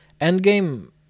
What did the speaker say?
Endgame